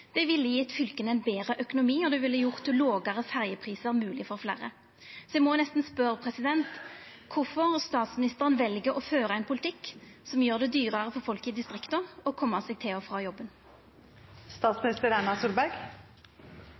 ville gjeve fylka ein betre økonomi, og det ville gjort lågare ferjeprisar mogleg for fleire. Så eg må nesten spørja kvifor statsministeren vel å føra ein politikk som gjer det dyrare for folk i distrikta å koma seg til og frå